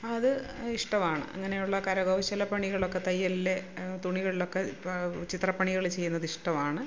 അത് ഇഷ്ടമാണ് അങ്ങനെയുള്ള കരകൗശല പണികളൊക്കെ തയ്യലിൽ തുണികളിലൊക്കെ ഇപ്പോൾ ചിത്രപ്പണികൾ ചെയ്യുന്നത് ഇഷ്ടമാണ്